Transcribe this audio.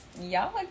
y'all